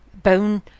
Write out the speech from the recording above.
bone